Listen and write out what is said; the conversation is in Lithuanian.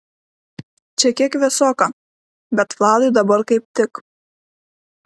čia kiek vėsoka bet vladui dabar kaip tik